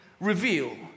reveal